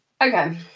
okay